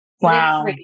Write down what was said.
Wow